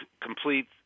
complete